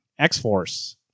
X-Force